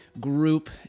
group